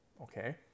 Okay